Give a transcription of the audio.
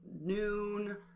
noon